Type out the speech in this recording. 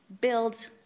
build